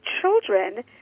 children